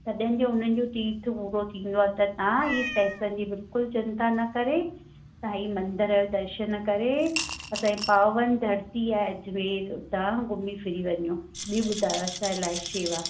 तॾहिं जो उन्हनि जो तीर्थ पूरो थींदो आहे त तव्हां हीअ पैसनि जी बिल्कुलु चिंता न करे साई मंदिर जो दर्शन करे उतां जी पावन धरती आहे अजमेर उतां घुमी फुरी वञो बि ॿुधायो असां लाइक़ु शेवा